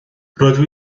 rydw